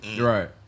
Right